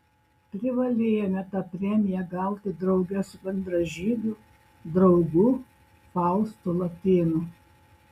privalėjome tą premiją gauti drauge su bendražygiu draugu faustu latėnu